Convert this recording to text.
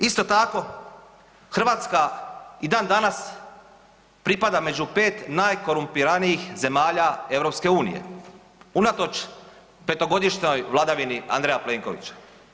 Isto tako Hrvatska i dan danas pripada među pet najkorumpiranijih zemalja EU unatoč petogodišnjoj vladavini Andreja Plenkovića.